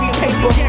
paper